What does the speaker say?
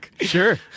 Sure